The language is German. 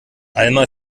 alma